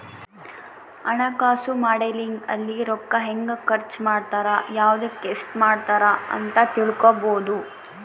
ಹಣಕಾಸು ಮಾಡೆಲಿಂಗ್ ಅಲ್ಲಿ ರೂಕ್ಕ ಹೆಂಗ ಖರ್ಚ ಮಾಡ್ತಾರ ಯವ್ದುಕ್ ಎಸ್ಟ ಮಾಡ್ತಾರ ಅಂತ ತಿಳ್ಕೊಬೊದು